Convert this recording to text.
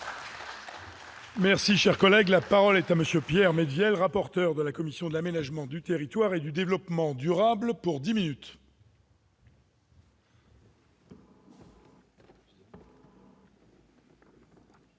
Merci, cher collègue, la parole est à monsieur Pierre, le rapporteur de la commission de l'aménagement du territoire et du développement durable pour 10 minutes.